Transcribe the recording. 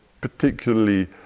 particularly